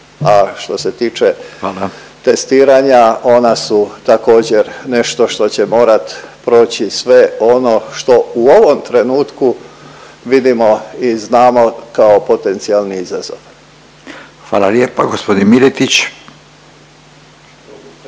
Hvala./… testiranja ona su također nešto što će morat proći sve ono što u ovom trenutku vidimo i znamo kao potencijalni izazov. **Radin, Furio